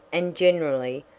and generally,